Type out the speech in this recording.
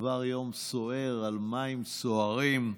עבר יום סוער, על מים סוערים.